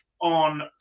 on